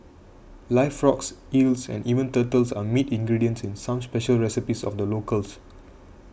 live frogs eels and even turtles are meat ingredients in some special recipes of the locals